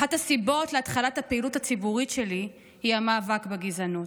אחת הסיבות להתחלת הפעילות הציבורית שלי היא המאבק בגזענות,